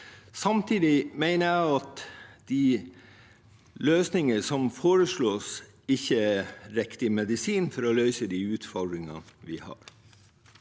Samtidig mener jeg at de løsninger som foreslås, ikke er riktig medisin for å løse de utfordringene vi har.